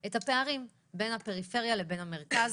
את הפערים בין הפריפריה למרכז,